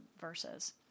verses